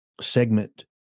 segment